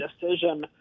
decision